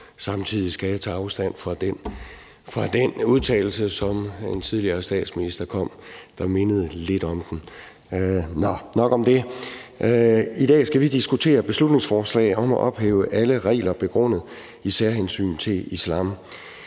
Samtidig skal jeg tage afstand fra den udtalelse, som en tidligere statsminister kom med, der mindede lidt om den. Nå, nok om det. I dag skal vi diskutere et beslutningsforslag om at ophæve alle regler begrundet i særhensyn til islam.